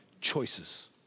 choices